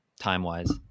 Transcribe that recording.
time-wise